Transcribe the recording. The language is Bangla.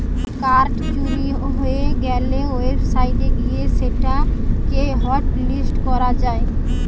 কার্ড চুরি হয়ে গ্যালে ওয়েবসাইট গিয়ে সেটা কে হটলিস্ট করা যায়